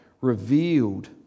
revealed